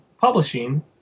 Publishing